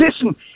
Listen